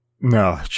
no